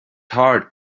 hard